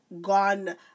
gone